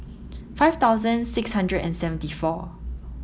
five thousand six hundred and seventy four